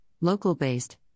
local-based